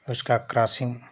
उसका क्रासिंग